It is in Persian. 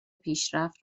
پیشرفت